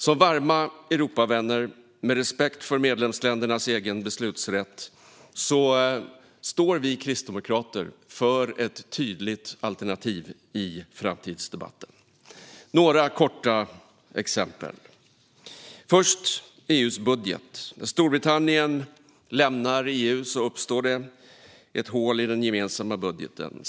Som varma Europavänner, med respekt för medlemsländernas egen beslutsrätt, står Kristdemokraterna för ett tydligt alternativ i framtidsdebatten. Låt mig ge några korta exempel. Det första exemplet är EU:s budget. När Storbritannien lämnar EU uppstår ett hål i den gemensamma budgeten.